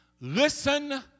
Listen